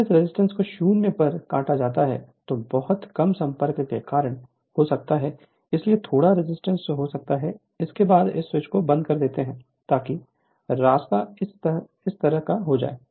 जब इस रेजिस्टेंस को 0 पर काटा जाता है तो बहुत कम संपर्क के कारण हो सकता है इसलिए थोड़ा रेजिस्टेंस हो सकता है इसके बाद इस स्विच को बंद कर दें ताकि रास्ता इस तरह का हो जाए